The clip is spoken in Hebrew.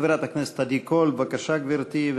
חברת הכנסת עדי קול, בבקשה, גברתי.